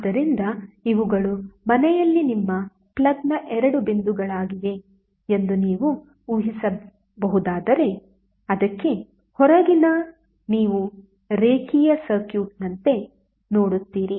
ಆದ್ದರಿಂದ ಇವುಗಳು ಮನೆಯಲ್ಲಿ ನಿಮ್ಮ ಪ್ಲಗ್ನ ಎರಡು ಬಿಂದುಗಳಾಗಿವೆ ಎಂದು ನೀವು ಊಹಿಸಬಹುದಾದರೆ ಅದಕ್ಕೆ ಹೊರಗಿನ ನೀವು ರೇಖೀಯ ಸರ್ಕ್ಯೂಟ್ನಂತೆ ನೋಡುತ್ತೀರಿ